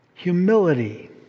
Humility